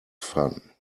fun